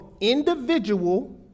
individual